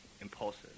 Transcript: impulsive